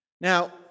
Now